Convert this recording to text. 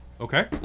Okay